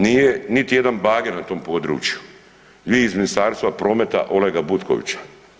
Nije niti jedan bager na tom području, vi iz Ministarstva prometa Olega Butkovića.